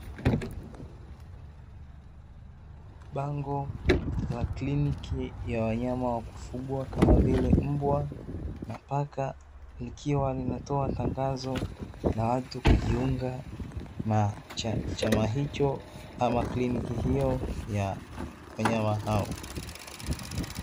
bango la kiliniki ya wanyama wa kufugwa kama vile mbwa na paka, likiwa linatoa tangazo la watu kujiunga na chama hicho au kiliniki hiyo ya wanyama hao.